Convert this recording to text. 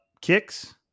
kicks